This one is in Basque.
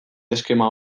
eskema